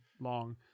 long